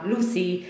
Lucy